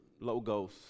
Logos